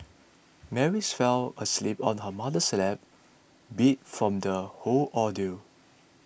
Mary's fell asleep on her mother's lap beat from the whole ordeal